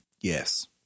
Yes